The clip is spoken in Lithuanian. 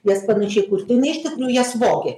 jas panašiai kurti jinai iš tikrųjų jas vogė